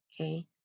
okay